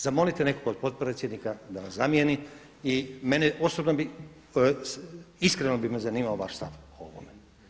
Zamolite nekoga od potpredsjednika da vas zamjeni i mene osobno, iskreno bi me zanimao vaš stav o ovome.